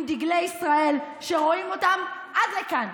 עם דגלי ישראל שרואים אותם עד כאן,